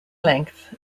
length